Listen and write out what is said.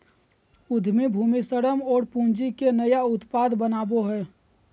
उद्यमी भूमि, श्रम और पूँजी के नया उत्पाद बनावो हइ